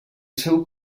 seu